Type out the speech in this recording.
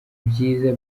byiza